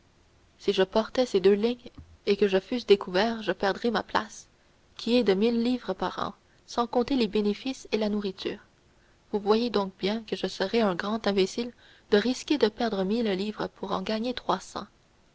si je portais ces deux lignes et que je fusse découvert je perdrais ma place qui est de mille livres par an sans compter les bénéfices et la nourriture vous voyez donc bien que je serais un grand imbécile de risquer de perdre mille livres pour en gagner